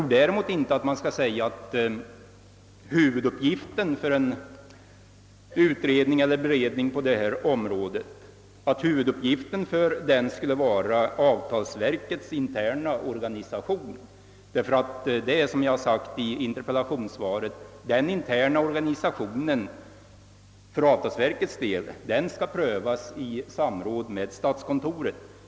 Jag tror inte heller att huvuduppgiften för en utredning eller beredning på detta område skall anses vara avtalsverkets interna organisation, ty den interna organisationen för avtalsverket skall — som jag framhållit i interpellationssvaret — prövas i samråd med statskontoret.